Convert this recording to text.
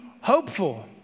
hopeful